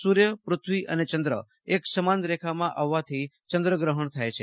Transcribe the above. સૂર્ય પૃથ્વી અને ચંદ્ર એક સમાન રેખામાં આવવાથી ચંદ્ર ગ્રહણ થાય છે